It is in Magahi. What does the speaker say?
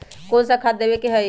कोन सा खाद देवे के हई?